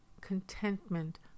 contentment